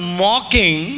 mocking